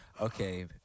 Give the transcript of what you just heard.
okay